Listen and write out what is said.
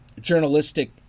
journalistic